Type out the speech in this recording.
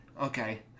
okay